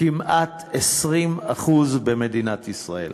כמעט 20%, במדינת ישראל.